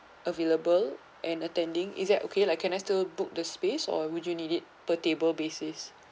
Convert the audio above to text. available and attending is that okay like can I still book the space or would you need it per table basis